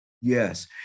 Yes